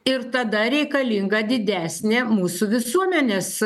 ir tada reikalinga didesnė mūsų visuomenės